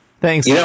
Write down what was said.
Thanks